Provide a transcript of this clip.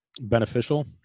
Beneficial